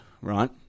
right